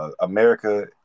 America